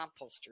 composters